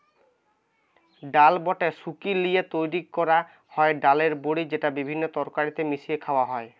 ডাল বেটে শুকি লিয়ে তৈরি কোরা হয় ডালের বড়ি যেটা বিভিন্ন তরকারিতে মিশিয়ে খায়া হয়